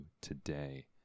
today